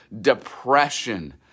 depression